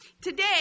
Today